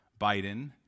Biden